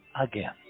again